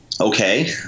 okay